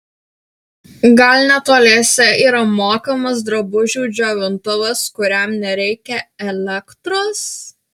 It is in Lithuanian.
gal netoliese yra mokamas drabužių džiovintuvas kuriam nereikia elektros